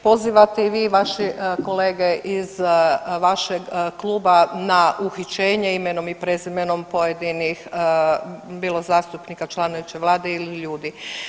Pozivate i vi i vaše kolege iz vašeg kluba na uhićenje imenom i prezimenom pojedinih bilo zastupnika, … vlade ili ljudi.